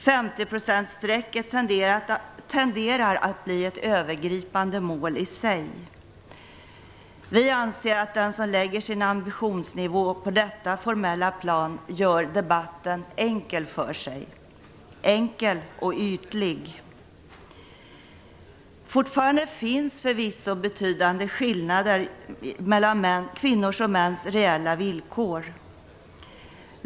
50-procentsstrecket tenderar att bli ett övergripande mål i sig. Vi anser att den som lägger sin ambitionsnivå på detta formella plan gör debatten enkel för sig - enkel och ytlig. Fortfarande finns det förvisso betydande skillnader mellan kvinnors och mäns reella villkor.